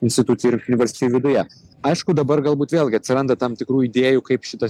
institucijų ir ir valstijų viduje aišku dabar galbūt vėlgi atsiranda tam tikrų idėjų kaip šitas